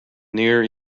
near